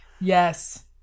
Yes